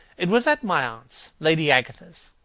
it was at my aunt, lady agatha's.